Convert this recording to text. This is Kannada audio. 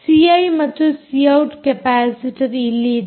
ಸಿ ಐ ಮತ್ತು ಸಿ ಔಟ್ ಕೆಪಾಸಿಟರ್ ಇಲ್ಲಿ ಇದೆ